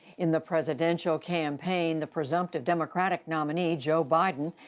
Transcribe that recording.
in the presidential campaign, the presumptive democratic nominee, joe biden,